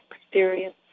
experience